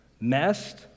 messed